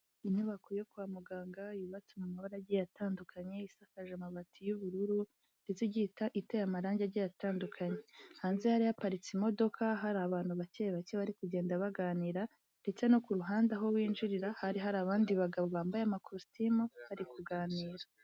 Inyubako yo kwa muganga yubatse mu mabara agiye atandukanye, isakaje amabati y'ubururu ndetse igiye iteye amarangi agiye atandukanye, hanze hari haparitse imodoka hari abantu bake bake bari kugenda baganira ndetse no ku ruhande aho binjirira hari hari abandi bagabo bambaye amakositimu bari kuganira.